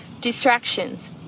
Distractions